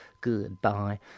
goodbye